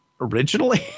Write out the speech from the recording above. originally